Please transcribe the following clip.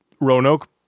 Roanoke